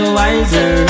wiser